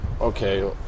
okay